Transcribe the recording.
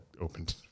opened